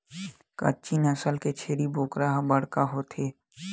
कच्छी नसल के छेरी बोकरा ह बड़का होथे